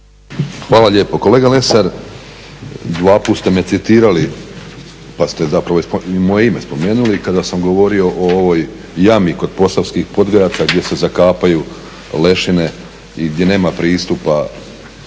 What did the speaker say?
Hvala lijepo. Kolega Lesar, dvaput ste me citirali pa ste zapravo i moje ime spomenuli kada sam govorio o ovoj jami kod Posavskih Podgajaca gdje se zakapaju lešine i gdje nema pristupa